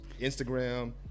Instagram